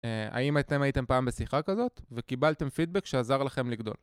האם אתם הייתם פעם בשיחה כזאת וקיבלתם פידבק שעזר לכם לגדול?